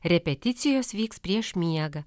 repeticijos vyks prieš miegą